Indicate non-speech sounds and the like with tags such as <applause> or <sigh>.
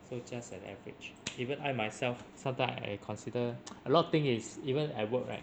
so just an average even I myself sometimes I consider <noise> a lot of thing is even at work right